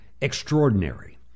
extraordinary